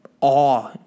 awe